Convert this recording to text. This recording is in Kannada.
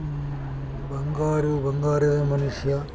ಬಂಗಾರ ಬಂಗಾರದ ಮನುಷ್ಯ